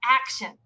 action